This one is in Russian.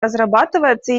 разрабатывается